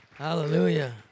Hallelujah